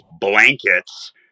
blankets